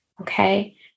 okay